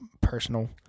personal